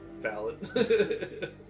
valid